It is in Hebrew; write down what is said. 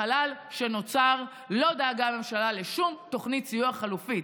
ובחלל שנוצר לא דאגה הממשלה לשום תוכנית סיוע חלופית.